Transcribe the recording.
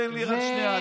תן לי רק שנייה,